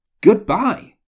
goodbye